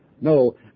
No